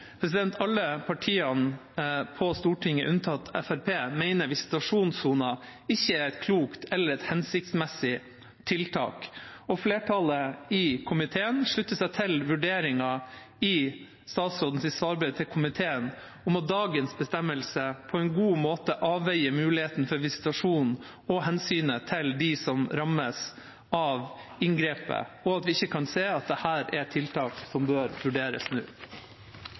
Alle partiene på Stortinget, unntatt Fremskrittspartiet, mener at visitasjonssoner ikke er et klokt eller hensiktsmessig tiltak. Flertallet i komiteen slutter seg til vurderingen i statsrådens svarbrev til komiteen om at dagens bestemmelse på en god måte avveier muligheten for visitasjon og hensynet til dem som rammes av inngrepet, og at vi ikke kan se at dette er tiltak som bør vurderes nå.